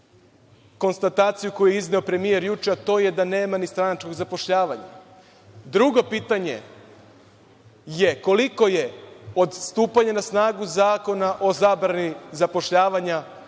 konstataciju koju je izneo premijer juče, a to je da nema stranačkog zapošljavanja. Drugo pitanje je – koliko je od stupanja na snagu Zakona o zabrani zapošljavanja